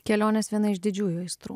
kelionės viena iš didžiųjų aistrų